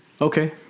Okay